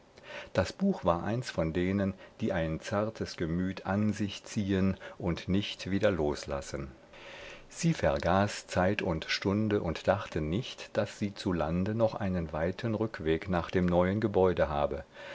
das buch war eins von denen die ein zartes gemüt an sich ziehen und nicht wieder loslassen sie vergaß zeit und stunde und dachte nicht daß sie zu lande noch einen weiten rückweg nach dem neuen gebäude habe